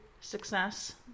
success